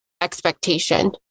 expectation